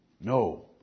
No